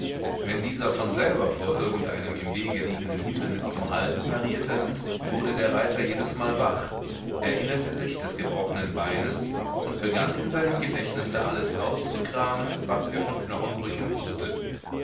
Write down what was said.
wenn dieser von selber vor irgendeinem im wege liegenden hindernis zum halten parierte wurde der reiter jedesmal wach erinnerte sich des gebrochnen beines und begann in seinem gedächtnisse alles auszukramen was er von knochenbrüchen wußte